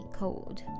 code